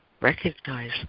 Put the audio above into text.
recognize